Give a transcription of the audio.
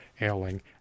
ailing